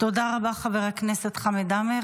תודה רבה, חבר הכנסת חמד עמאר.